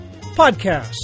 Podcast